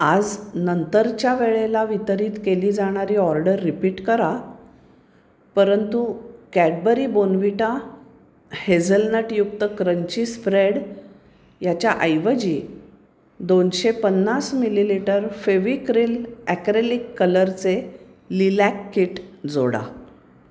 आज नंतरच्या वेळेला वितरित केली जाणारी ऑर्डर रिपीट करा परंतु कॅडबरी बोर्नव्हिटा हेझलनटयुक्त क्रंची स्प्रॅड याच्या ऐवजी दोनशे पन्नास मिलीलिटर फेविक्रिल अॅक्रेलिक कलरचे लिलॅक किट जोडा